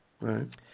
right